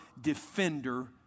defender